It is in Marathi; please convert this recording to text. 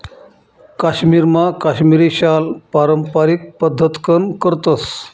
काश्मीरमा काश्मिरी शाल पारम्पारिक पद्धतकन करतस